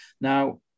Now